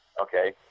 Okay